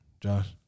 Josh